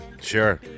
Sure